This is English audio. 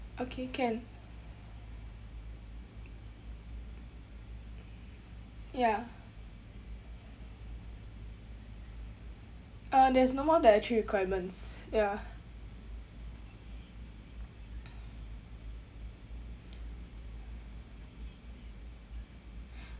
okay can ya uh there's no more dietary requirements ya